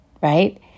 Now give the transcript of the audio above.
right